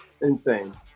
insane